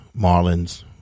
Marlins